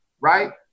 right